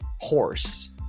horse